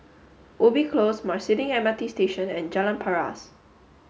Ubi Close Marsiling M R T Station and Jalan Paras